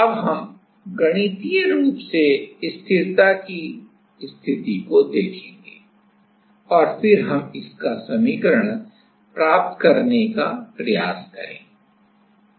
अब हम गणितीय रूप से स्थिरता की स्थिति को देखेंगे और फिर हम इसका समीकरण प्राप्त करने का प्रयास करेंगे